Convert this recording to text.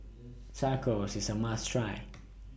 Tacos IS A must Try